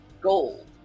Gold